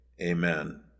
amen